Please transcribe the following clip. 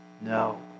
No